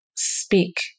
speak